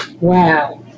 Wow